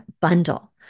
bundle